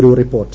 ഒരു റിപ്പോർട്ട്